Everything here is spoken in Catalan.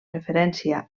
referència